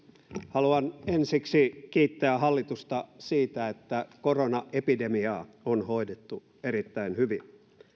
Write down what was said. haluan ensiksi kiittää hallitusta siitä että koronaepidemiaa on hoidettu erittäin hyvin